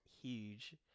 huge